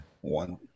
One